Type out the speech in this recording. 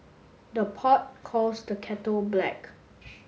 the pot calls the kettle black